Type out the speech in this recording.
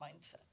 mindset